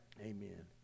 Amen